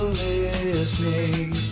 listening